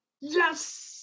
yes